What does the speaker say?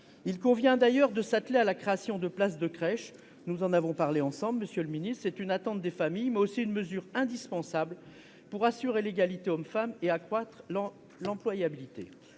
Il convient d'ailleurs de s'atteler à la création de places de crèches- nous en avons discuté, monsieur le ministre. C'est une attente des familles, mais aussi une mesure indispensable pour assurer l'égalité hommes-femmes et accroître l'employabilité.